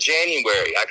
January